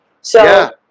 So-